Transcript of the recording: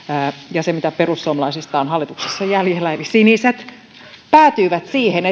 ja se mitä perussuomalaisista on hallituksessa jäljellä eli siniset päätyi siihen